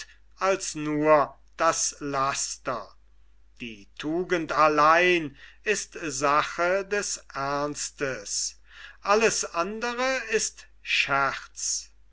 als nur das laster die tugend allein ist sache des ernstes alles andre ist scherz